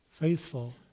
faithful